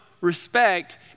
respect